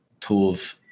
tools